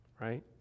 right